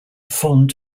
font